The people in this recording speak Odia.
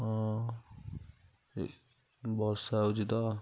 ହଁ ଏ ବର୍ଷା ହେଉଛି ତ